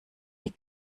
die